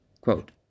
quote